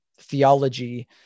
theology